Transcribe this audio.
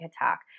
attack